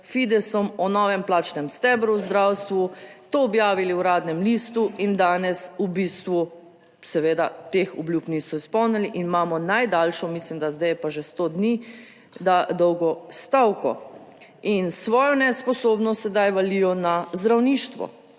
Fidesom o novem plačnem stebru v zdravstvu, to objavili v Uradnem listu in danes v bistvu seveda teh obljub niso izpolnili. In imamo najdaljšo, mislim, da zdaj je pa že sto dni dolgo stavko in svojo nesposobnost sedaj valijo na zdravništvo,